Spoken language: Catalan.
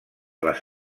les